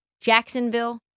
Jacksonville